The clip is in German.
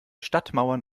stadtmauern